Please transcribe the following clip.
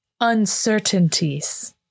uncertainties